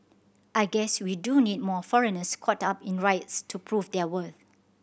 I guess we do need more foreigners caught up in riots to prove their worth